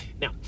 Now